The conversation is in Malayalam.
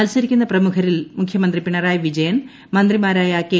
മത്സരിക്കുന്ന പ്രമുഖരിൽ മുഖ്യമന്ത്രി പിണറായി വിജയൻ മന്ത്രിമാരായ കെ